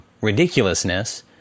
ridiculousness